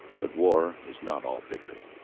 but war is not all victory.